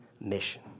mission